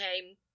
came